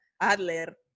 Adler